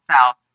south